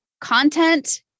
Content